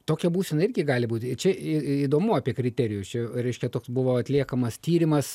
tokia būsena irgi gali būti čia įdomu apie kriterijus čia reiškia toks buvo atliekamas tyrimas